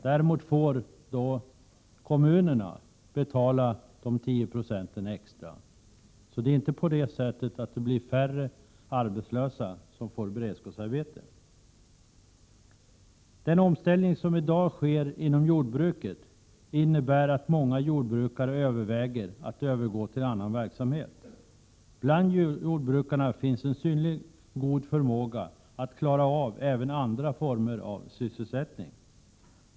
Det är kommunerna som får betala dessa 10 20. Det blir alltså inte färre arbetslösa som får beredskapsarbete. Den omställning som i dag sker inom jordbruket innebär att många jordbrukare överväger att övergå till annan verksamhet. Hos jordbrukarna finns en synnerligen god förmåga att klara av även andra former av sysselsättning.